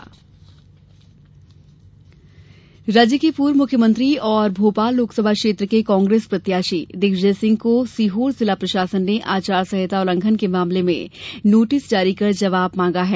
Digvijay notice राज्य के पूर्व मुख्यमंत्री और भोपाल लोकसभा क्षेत्र के कांग्रेस प्रत्याशी दिग्विजय सिंह को सीहोर जिला प्रशासन ने आचार संहिता उल्लघंन के मामले में नोटिस जारी कर जवाब मांगा है